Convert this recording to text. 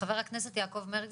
ח"כ יעקב מרגי.